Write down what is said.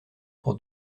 pour